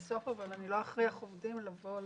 בסוף אני לא אכריח עובדים לבוא לדיון.